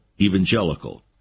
evangelical